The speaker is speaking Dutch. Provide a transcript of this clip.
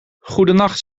goedenacht